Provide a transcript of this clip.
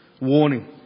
warning